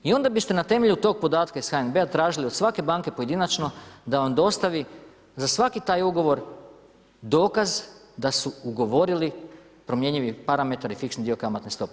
I onda biste na temelju tog podatka iz HNB-a tražili od svake banke pojedinačno da vam dostavi za svaki taj ugovor dokaz da su ugovorili promjenjivi parametar i fiksni dio kamatne stope.